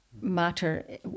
matter